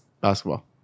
basketball